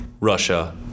Russia